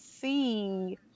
see